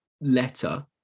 letter